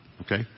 Okay